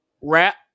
rap